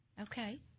Okay